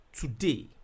Today